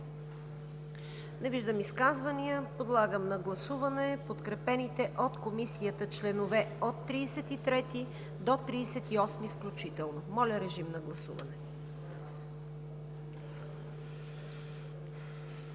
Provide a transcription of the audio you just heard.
Не виждам изказвания. Подлагам на гласуване подкрепените от Комисията членове от 33 до 38 включително. Гласували